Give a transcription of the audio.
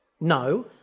no